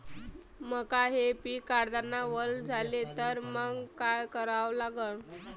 मका हे पिक काढतांना वल झाले तर मंग काय करावं लागन?